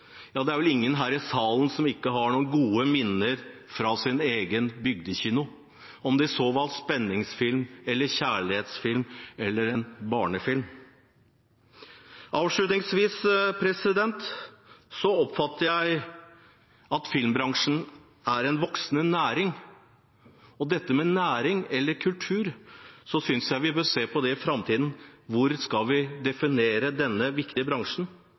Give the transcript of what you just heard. Ja, det er vel ingen her i salen som ikke har noen gode minner fra sin egen bygdekino, om det så var spenningsfilm, kjærlighetsfilm eller en barnefilm. Avslutningsvis: Jeg oppfatter at filmbransjen er en voksende næring, både innenfor næring og kultur, og jeg syns vi bør se på det i framtiden: Hvor skal vi definere denne viktige bransjen?